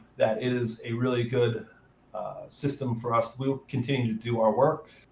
that it is a really good system for us. we continue to do our work.